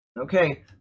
Okay